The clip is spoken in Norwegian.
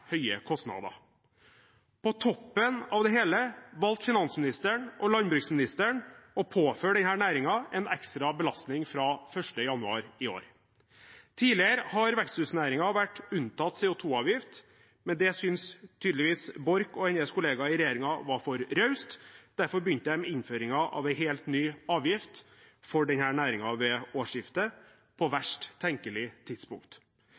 høye kostnader. På toppen av det hele valgte finansministeren og landbruksministeren å påføre denne næringen en ekstra belastning fra 1. januar i år. Tidligere har veksthusnæringen vært unntatt CO 2 -avgift, men det syntes tydeligvis statsråd Borch og hennes kollegaer i regjeringen var for raust. Derfor begynte de med innføring av en helt ny avgift for denne næringen ved årsskiftet, på verst tenkelig tidspunkt.